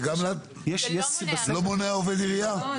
זה לא מונע עובד עירייה.